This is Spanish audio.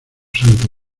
santo